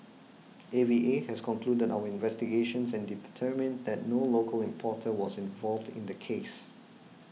A V A has concluded our investigations and determined that no local importer was involved in the case